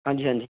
ਹਾਂਜੀ ਹਾਂਜੀ